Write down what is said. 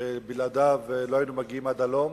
שבלעדיו לא היינו מגיעים עד הלום,